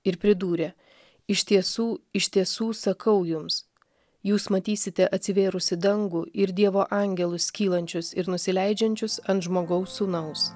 ir pridūrė iš tiesų iš tiesų sakau jums jūs matysite atsivėrusį dangų ir dievo angelus kylančius ir nusileidžiančius ant žmogaus sūnaus